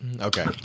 Okay